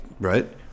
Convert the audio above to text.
right